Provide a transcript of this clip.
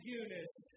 Eunice